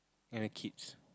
and a kids